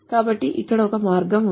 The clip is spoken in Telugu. కాబట్టి ఇక్కడ ఒక మార్గం ఉంది